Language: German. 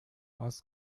aus